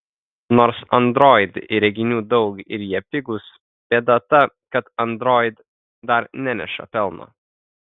nors android įrenginių daug ir jie pigūs bėda ta kad android dar neneša pelno